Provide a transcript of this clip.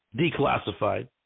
declassified